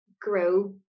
grow